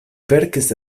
verkis